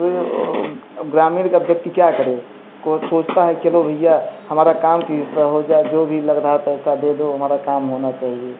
तो अब ग्रामीण का व्यक्ति क्या करे को सोचता है चलो भईया हमारा काम किसी तरह हो जाए जो भी लग रहा है पैसा दे दो हमारा काम होना चाहिए